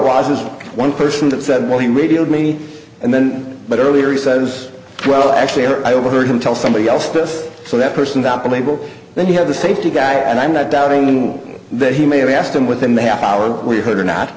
was is one person that said well he radioed me and then but earlier he says well actually i overheard him tell somebody else this so that person that playbook then you have the safety guy and i'm not doubting that he may have asked him within the half hour we heard or not